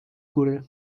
góry